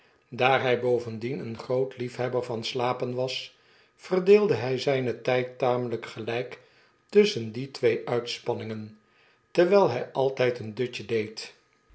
daar hy bovendien een groot liefhebber van slapen was verdeelde hj zpen tyd tamelp geljjk tusschen die twee uitspanningen terwijl hij altp een dutje deed